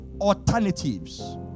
alternatives